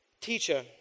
Teacher